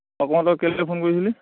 অঁ ক তই কেলে ফোন কৰিছিলি